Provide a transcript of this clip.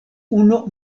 unu